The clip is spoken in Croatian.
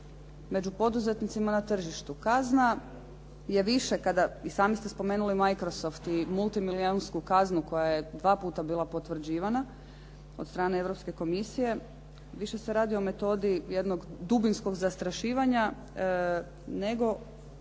među poduzetnicima na tržištu. Kazna je više kada, i sami ste spomenuli Microsoft i multimilijunsku kaznu koja je dva puta bila potvrđivana od strane Europske komisije. Više se radi o metodi jednog dubinskog zastrašivanja nego